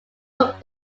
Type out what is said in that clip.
took